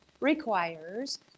requires